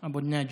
יא אבו נאג'י.